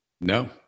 No